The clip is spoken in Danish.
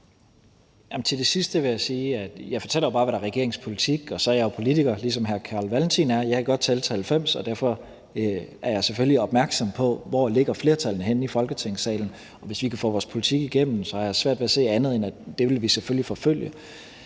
vil jeg sige, at jeg jo bare fortæller, hvad der er regeringens politik, og så er jeg jo politiker, ligesom hr. Carl Valentin er. Jeg kan godt tælle til 90, og derfor er jeg selvfølgelig opmærksom på, hvor flertallene ligger henne i Folketingssalen, og hvis vi kan få vores politik igennem, har jeg svært ved at se andet, end at det vil vi selvfølgelig forfølge.